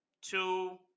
two